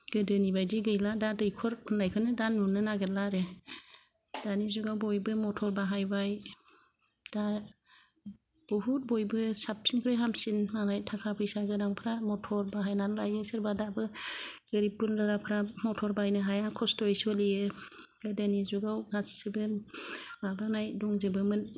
गोदोनि बायदि गैला दा दैखर लुनायखौनो दा नुनो नागिरला आरो दानि जुगाव बयबो मथर बाहायबाय दा बहुद बयबो साबसिननिख्रुय हामसिन मालाय थाखा फैसा गोनांफ्रा मथर बाहायनानै लायो सोरबा दाबो गोरिब गुन्द्रा द्राफ्रा मथर बायनो हाया खस्त'यै सोलियो गोदोनि जुगाव गासिबो माबानाय दंजोबोमोन